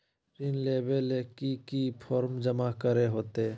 ऋण लेबे ले की की फॉर्म जमा करे होते?